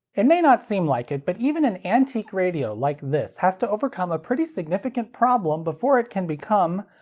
it may not seem like it, but even an antique radio like this has to overcome a pretty significant problem before it can become,